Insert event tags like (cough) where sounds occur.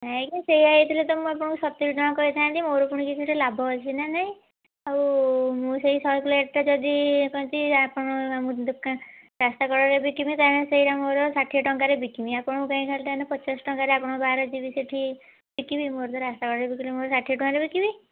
ନାଇମ ସେଇଆ ହେଇଥିଲେ ତ ମୁଁ ଆପଣଙ୍କୁ ସତୁରି ଟଙ୍କା କହିଥାନ୍ତି ମୋର ପୁଣି କିଛି ଗୋଟେ ଲାଭ ଅଛି କି ନାଇ ଆଉ ମୁଁ ସେଇ ଶହେ ପ୍ଲେଟ୍ ଟା (unintelligible) ଆପଣ ମୁଁ (unintelligible) ରାସ୍ତାକଡ଼ରେ ବିକିବି ତାହେଲେ ସେଇଟା ମୁଁ ଷାଠିଏ ଟଙ୍କାରେ ବିକିବି ଆପଣଙ୍କୁ କାଇଁ ଖାଲିଟାରେ ପଚାଶ ଟଙ୍କାରେ ଆପଣ ବାହାରେ ଦେବି ସେଠି ବିକିବି ମୁଁ ତ ରାସ୍ତାକଡ଼ରେ ବିକିଲେ ଷାଠିଏ ଟଙ୍କାରେ ବିକିବି